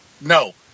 no